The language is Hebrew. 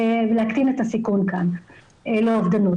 להקטין את הסיכון לאובדנות.